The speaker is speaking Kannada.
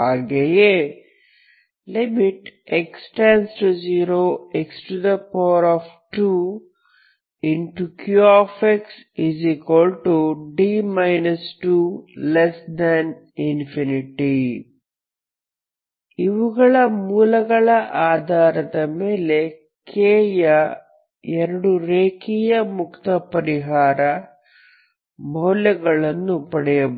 ಹಾಗೆಯೇ q d 2∞ ಇವುಗಳ ಮೂಲಗಳ ಆಧಾರದ ಮೇಲೆ k ಯ ಎರಡು ರೇಖೀಯ ಮುಕ್ತ ಪರಿಹಾರ ಮೌಲ್ಯಗಳನ್ನು ಪಡೆಯಬಹುದು